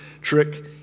trick